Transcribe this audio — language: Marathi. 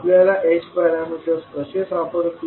आपल्याला h पॅरामीटर्स कसे सापडतील